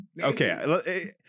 Okay